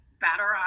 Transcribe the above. better